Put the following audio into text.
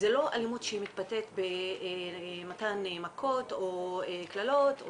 זה לא אלימות שמתבטאת במתן מכות או קללות,